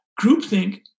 Groupthink